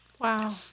Wow